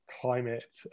climate